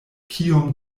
kiom